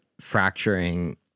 fracturing